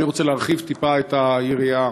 אני רוצה להרחיב טיפה את היריעה.